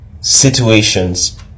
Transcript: situations